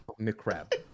McCrab